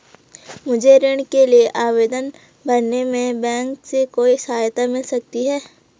मुझे ऋण के लिए आवेदन भरने में बैंक से कोई सहायता मिल सकती है?